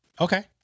okay